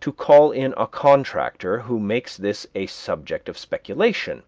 to call in a contractor who makes this a subject of speculation,